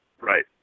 Right